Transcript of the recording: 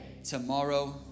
tomorrow